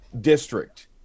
district